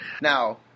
Now